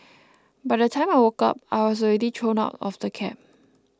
by the time I woke up I was already thrown out of the cab